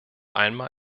einmal